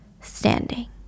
standing